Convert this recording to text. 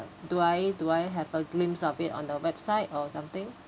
do I do I have a glimpse of it on the website or something